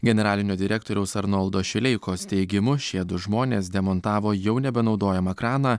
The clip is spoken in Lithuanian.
generalinio direktoriaus arnoldo šileikos teigimu šie du žmonės demontavo jau nebenaudojamą kraną